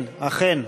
כן, אכן.